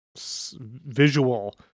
visual